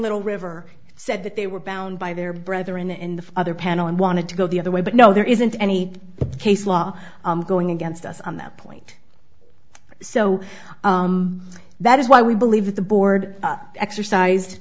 little river said that they were bound by their brethren in the other panel and wanted to go the other way but no there isn't any case law going against us on that point so that is why we believe that the board exercise